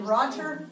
Roger